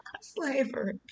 slavery